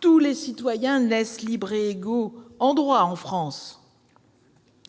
tous les citoyens naissant libres et égaux en droits en France ...